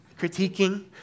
critiquing